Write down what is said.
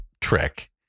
trick